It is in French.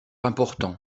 important